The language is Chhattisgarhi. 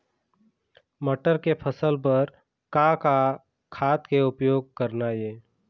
मटर के फसल बर का का खाद के उपयोग करना ये?